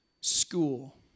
School